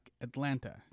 Atlanta